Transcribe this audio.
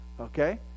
okay